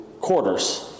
quarters